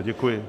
Děkuji.